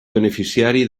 beneficiari